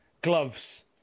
gloves